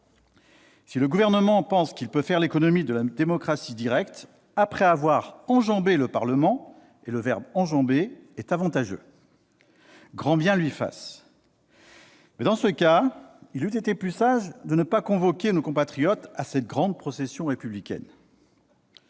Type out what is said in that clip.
Si le Gouvernement pense qu'il peut faire l'économie de la démocratie directe après avoir enjambé le Parlement- et le verbe « enjamber » est avantageux ...-, grand bien lui fasse ! Mais, dans ce cas, il eût été plus sage de ne pas convoquer nos compatriotes à cette grande procession républicaine.